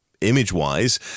image-wise